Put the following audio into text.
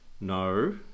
No